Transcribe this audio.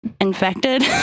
infected